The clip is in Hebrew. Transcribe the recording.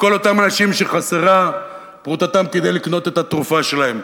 לכל אותם אנשים שחסרה פרוטתם כדי לקנות את התרופה שלהם,